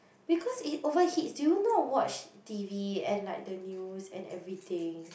because it overheats do you not watch T_V and like the news and everything